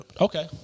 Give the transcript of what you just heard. Okay